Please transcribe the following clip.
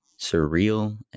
surreal